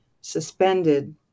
suspended